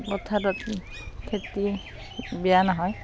পথাৰত খেতি বেয়া নহয়